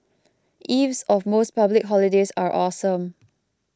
eves of most public holidays are awesome